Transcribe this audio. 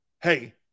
Hey